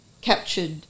captured